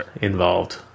involved